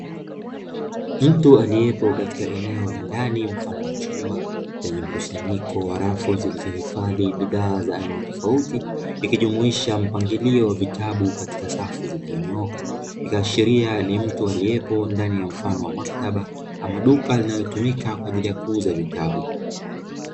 Mtu aliepo katika eneo la ndani mfano wa chumba lenye mkusanyiko wa rafu zilizo hifadhi bidhaa za aina tofauti ikijumuisha mpangilio wa vitabu katika safu zilizonyooka ikiashiria ni mtu aliepo ndani ya mfano wa maktaba ama duka linalotumika kwa ajili ya kuuza vitabu.